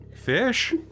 Fish